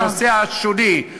מהנושא השולי,